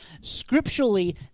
Scripturally